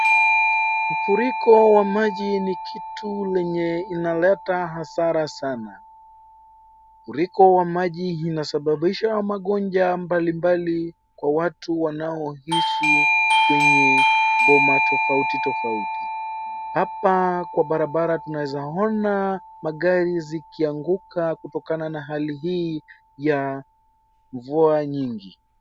Mfuriko wa maji ni kitu lenye inaleta hasara sana. Mfuriko wa maji inasababisha magonjwa mbalimbali kwa watu wanaohisi kwenye boma tofauti tofauti. Hapa kwa barabara tunawezaona magari zikianguka kutokana na hali hii ya mvua nyingi.